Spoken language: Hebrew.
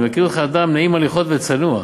אני מכיר אותך כאדם נעים הליכות וצנוע,